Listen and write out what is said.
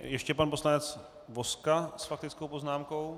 Ještě pan poslanec Vozka s faktickou poznámkou.